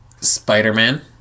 Spider-Man